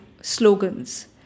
slogans